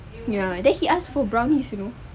ya then he ask for brownies you know